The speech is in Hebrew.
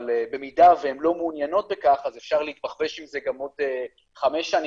אבל במידה שהן לא מעוניינות בכך אז אפשר להתבכבש עם זה גם עוד חמש שנים,